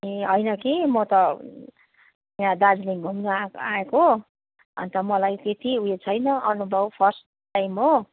ए होइन कि म त यहाँ दार्जिलिङ घुम्न आ आएको अन्त मलाई त्यति उयो छैन अनुभव फर्स्ट टाइम हो